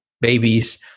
babies